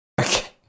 Okay